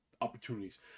opportunities